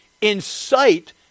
incite